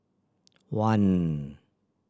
one